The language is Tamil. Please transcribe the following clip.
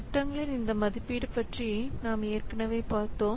திட்டங்களின் இந்த மதிப்பீடு பற்றி நாம் ஏற்கனவே பார்த்தோம்